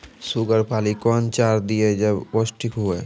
Sugar पाली कौन चार दिय जब पोस्टिक हुआ?